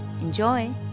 Enjoy